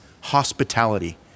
hospitality